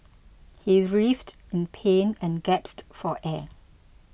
he writhed in pain and gasped for air